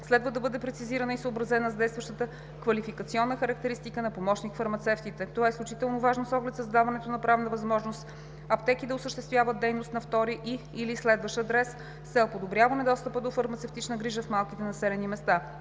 следва да бъде прецизирана и съобразена с действащата квалификационна характеристика на помощник-фармацевтите. Това е изключително важно с оглед създаването на правна възможност аптеки да осъществяват дейност на втори и/или следващ адрес с цел подобряване достъпа до фармацевтична грижа в малките населени места.